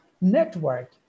network